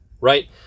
right